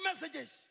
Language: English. messages